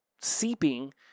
seeping